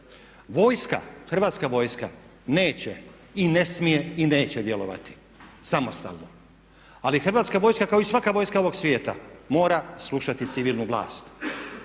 Vojska, Hrvatska vojska neće i ne smije i neće djelovati samostalno. Ali Hrvatska vojska kao i svaka vojska ovog svijeta mora slušati civilnu vlast.